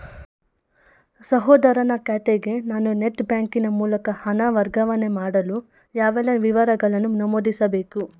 ಸಹೋದರನ ಖಾತೆಗೆ ನಾನು ನೆಟ್ ಬ್ಯಾಂಕಿನ ಮೂಲಕ ಹಣ ವರ್ಗಾವಣೆ ಮಾಡಲು ಯಾವೆಲ್ಲ ವಿವರಗಳನ್ನು ನಮೂದಿಸಬೇಕು?